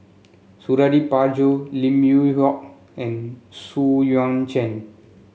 Suradi Parjo Lim Yew Hock and Xu Yuan Zhen